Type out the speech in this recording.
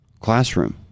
classroom